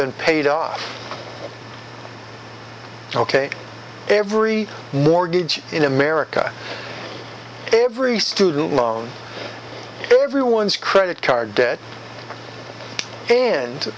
been paid off ok every mortgage in america every student loan everyone's credit card debt and